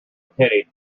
pity